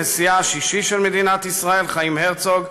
נשיאה השישי של מדינת ישראל חיים הרצוג,